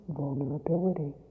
vulnerability